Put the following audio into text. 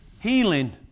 healing